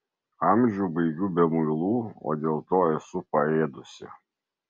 amžių baigiu be muilų o dėl to esu paėdusi